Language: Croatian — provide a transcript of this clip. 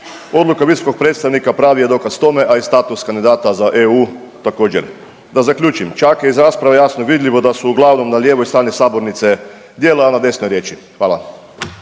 Odluka visokog predstavnika pravi je dokaz tome, a i status kandidata za EU također. Da zaključim, čak je iz rasprave jasno vidljivo da su na lijevoj strani sabornice djela, a na desnoj riječi. Hvala.